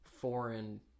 foreign